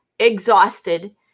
exhausted